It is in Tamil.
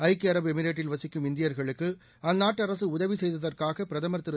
ஐக்கிய அரபு எமிரேட்டில் வசிக்கும் இந்தியா்களுக்கு அந்நாட்டு அரசு உதவி செய்ததற்காக பிரதமர் திரு